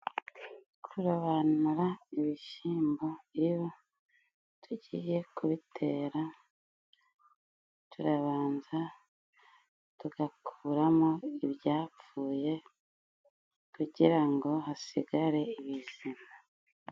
Kurobanura ibishyimbo iyo tugiye kubitera, turabanza tugakuramo ibyapfuye kugira ngo hasigare ibizima.